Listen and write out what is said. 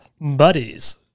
buddies